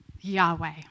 Yahweh